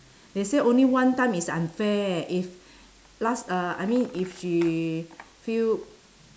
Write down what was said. they say only one time is unfair if last uh I mean if she feel